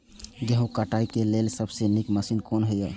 गेहूँ काटय के लेल सबसे नीक मशीन कोन हय?